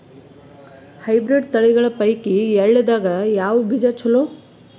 Hybrid ತಳಿಗಳ ಪೈಕಿ ಎಳ್ಳ ದಾಗ ಯಾವ ಬೀಜ ಚಲೋ?